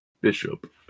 Bishop